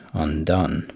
undone